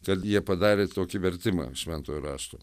kad jie padarė tokį vertimą šventojo rašto